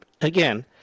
again